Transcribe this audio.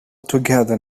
together